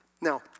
Now